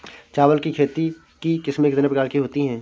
चावल की खेती की किस्में कितने प्रकार की होती हैं?